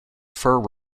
fir